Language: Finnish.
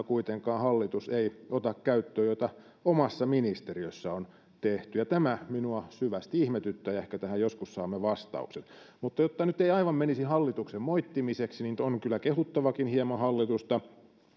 kuitenkaan hallitus ei ota käyttöön näitä keinoja joita omassa ministeriössä on esitetty tämä minua syvästi ihmetyttää ja ehkä tähän joskus saamme vastauksen mutta jotta nyt ei aivan menisi hallituksen moittimiseksi niin on kyllä kehuttavakin hieman hallitusta